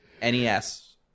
NES